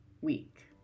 week